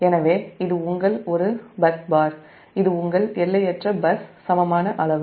எனவே இது உங்கள் பஸ் பார் இது எல்லையற்ற பஸ் சமமான அளவு